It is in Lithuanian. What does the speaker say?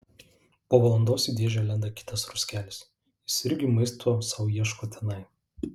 po valandos į dėžę lenda kitas ruskelis jis irgi maisto sau ieško tenai